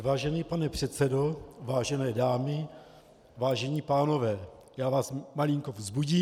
Vážený pane předsedo, vážené dámy, vážení pánové, já vás malinko vzbudím.